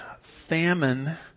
famine